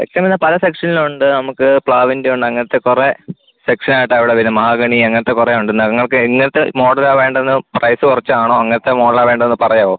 section പിന്നെ പല സെക്ഷനിലുണ്ട് നമ്മൾക്ക് പ്ലാവിൻ്റെയുണ്ട് അങ്ങനത്തെ കുറേ സെക്ഷനായിട്ടാ ഇവിടെ വരുന്നത് മഹാഗണി അങ്ങനത്തെ കുറേയുണ്ട് നിങ്ങൾക്ക് എങ്ങനത്തെ മോഡലാ വേണ്ടതെന്ന് പ്രൈസ് കുറച്ചാണോ എങ്ങനത്തെ മോഡലാ വേണ്ടതെന്ന് പറയാമോ